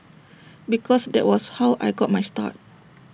because that was how I got my start